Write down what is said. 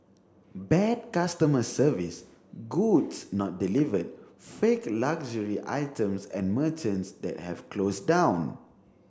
bad customer service goods not delivered fake luxury items and merchants that have closed down